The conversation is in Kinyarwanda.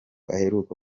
aheruka